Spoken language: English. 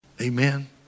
Amen